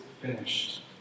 finished